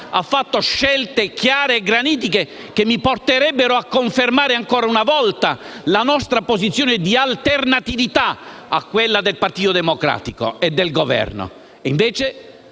ha fatto scelte chiare e granitiche, che mi porterebbero a confermare ancora una volta la nostra posizione di alternatività rispetto a quella del Partito Democratico e del Governo.